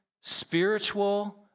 spiritual